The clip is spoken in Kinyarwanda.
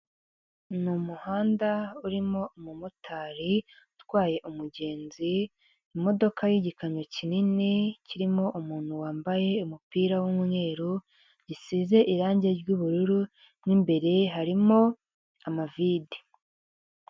Ni umuhanda urimo umumotari utwaye umugenzi, imodoka y'igikamyo kinini kirimo umuntu wambaye umupira w'umweru gisize irangi ry'ubururu mo imbere harimo amavide.